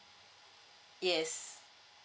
yes